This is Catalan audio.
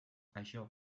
això